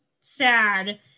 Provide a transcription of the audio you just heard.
sad